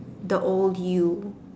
the old you